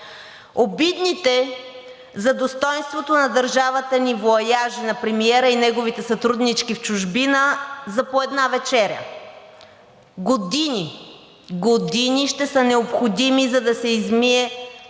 Обидните за достойнството на държавата ни воаяжи на премиера и неговите сътруднички в чужбина за по една вечеря. Години, години ще са необходими, за да се измие този